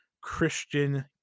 christian